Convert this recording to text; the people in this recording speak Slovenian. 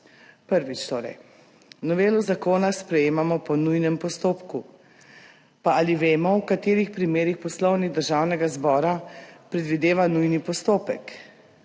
Prvič, torej novelo zakona sprejemamo po nujnem postopku. Pa ali vemo, v katerih primerih Poslovnik Državnega zbora predvideva nujni postopek?